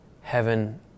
heaven